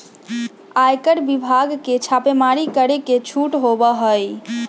आयकर विभाग के छापेमारी करे के छूट होबा हई